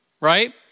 right